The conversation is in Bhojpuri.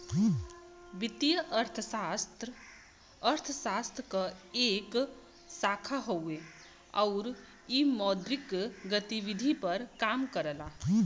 वित्तीय अर्थशास्त्र अर्थशास्त्र क एक शाखा हउवे आउर इ मौद्रिक गतिविधि पर काम करला